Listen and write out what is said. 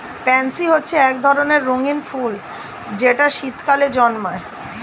pansy হচ্ছে এক ধরনের রঙিন ফুল যেটা শীতকালে জন্মায়